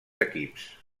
equips